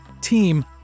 team